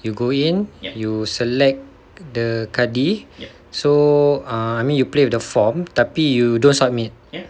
you go in you select the kadi so err I mean you play with the form tapi you don't submit